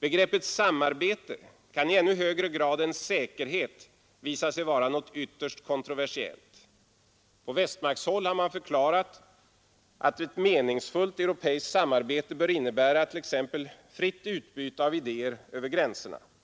Begreppet ”samarbete” kan i ännu högre grad än ”säkerhet” visa sig vara något ytterst kontroversiellt. På västmaktshåll har man förklarat att ett meningsfullt europeiskt samarbete bör innebära t.ex. ”fritt utbyte av idéer över gränserna”.